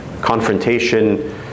confrontation